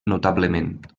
notablement